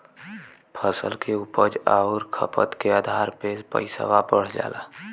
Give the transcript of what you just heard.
फसल के उपज आउर खपत के आधार पे पइसवा बढ़ जाला